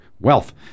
wealth